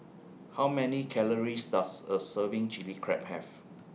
How Many Calories Does A Serving Chilli Crab Have